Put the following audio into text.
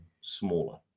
smaller